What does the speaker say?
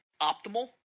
optimal